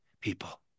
people